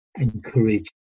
encourage